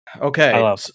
Okay